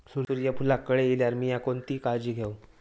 सूर्यफूलाक कळे इल्यार मीया कोणती काळजी घेव?